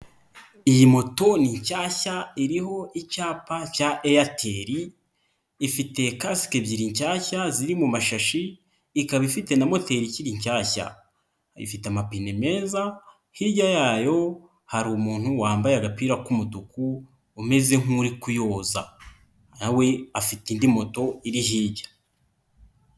Iyi moto ni nshyashya iriho icyapa cya eyateli ifite kasike ebyiri nshyashya ziri mu mashashi, ikaba ifite na moteri ikiri nshyashya ifite amapine meza, hirya yayo hari umuntu wambaye agapira k'umutuku umeze nk'uri kuyoza na we afite indi moto iri hirya.